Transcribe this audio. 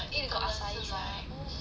eh got acai right